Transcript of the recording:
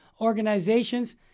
organizations